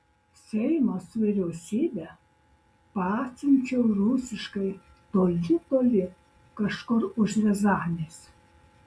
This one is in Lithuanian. seimą su vyriausybe pasiunčiau rusiškai toli toli kažkur už riazanės